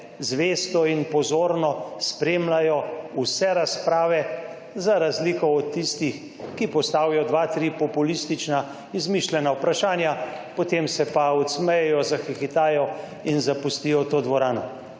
zvesto in pozorno spremljajo vse razprave, za razliko od tistih, ki postavijo dva, tri populistična, izmišljena vprašanja, potem se pa odsmejejo, zahihitajo in zapustijo to dvorano.